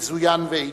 מזוין ואיתן.